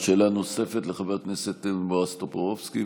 שאלה נוספת, לחבר הכנסת בועז טופורובסקי,